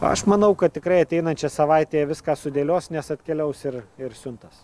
aš manau kad tikrai ateinančią savaitę jie viską sudėlios nes atkeliaus ir ir siuntos